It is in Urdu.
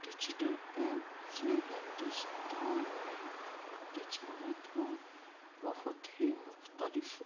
ڈیجیٹل ایپس نے ہندوستان میں تجارت کو بہت ہی مختلف